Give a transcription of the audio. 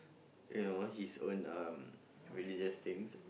you know his own um religious things